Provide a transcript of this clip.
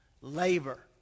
labor